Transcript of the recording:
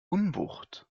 unwucht